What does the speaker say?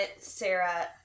Sarah